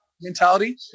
mentality